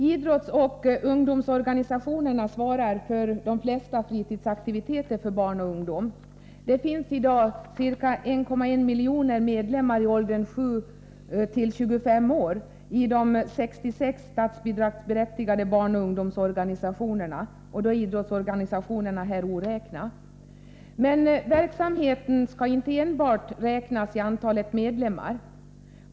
Idrottsoch ungdomsorganisationerna svarar för de flesta fritidsaktiviteterna för barn och ungdom. Det finns i dag ca 1,1 miljoner medlemmar i åldern 7-25 år i de 66 statsbidragsberättigade barnoch ungdomsorganisationerna, och då är idrottsorganisationerna oräknade. Men verksamheten skall inte enbart räknas i antalet medlemmar.